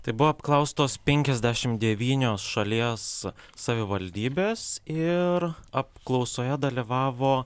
tai buvo apklaustos penkiasdešimt devynios šalies savivaldybės ir apklausoje dalyvavo